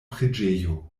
preĝejo